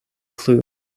clue